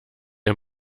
ihr